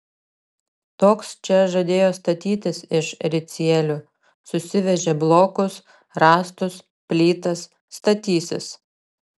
toks čia žadėjo statytis iš ricielių susivežė blokus rąstus plytas statysis